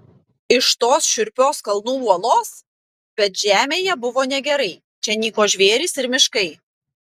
iš tos šiurpios kalnų uolos bet žemėje buvo negerai čia nyko žvėrys ir miškai